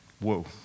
whoa